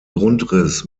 grundriss